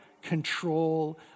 control